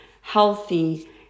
healthy